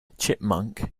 chipmunk